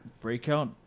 breakout